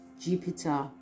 Jupiter